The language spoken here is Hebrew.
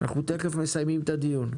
בבקשה.